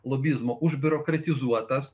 lobizmo užbiurokratizuotas